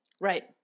Right